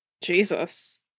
Jesus